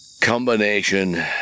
combination